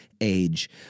age